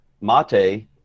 Mate